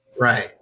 Right